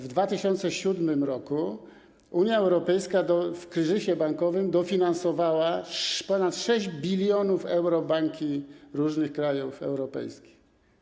W 2007 r. Unia Europejska w kryzysie bankowym dofinansowała kwotą ponad 6 bln euro banki różnych krajów europejskich.